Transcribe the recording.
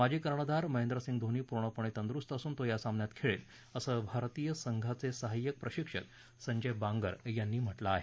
माजी कर्णधार महेंद्रसिंग धोनी पूर्णपणे तंदुरुस्त असून तो या सामन्यात खेळेल असं भारतीय संघाचे सहाय्यक प्रशिक्षक संजय बांगर यांनी म्हटलं आहे